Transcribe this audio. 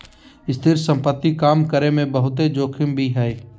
स्थिर संपत्ति काम करे मे बहुते जोखिम भी हय